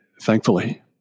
thankfully